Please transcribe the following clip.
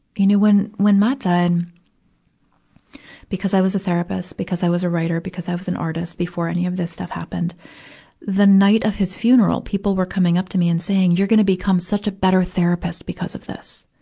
you know, when, when matt died because i was a therapist, because i was a writer, because i was an artist before any of this stuff happened the night of his funeral, people were coming up to me and saying, you're gonna become such a better therapist because of this.